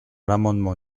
l’amendement